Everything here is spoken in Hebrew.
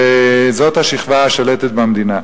וזאת השכבה השלטת במדינה.